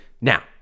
now